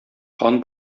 кан